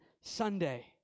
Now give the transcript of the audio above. Sunday